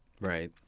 Right